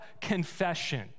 confession